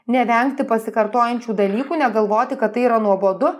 nevengti pasikartojančių dalykų negalvoti kad tai yra nuobodu